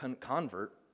convert